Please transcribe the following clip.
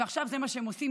ועכשיו זה מה שהם עושים,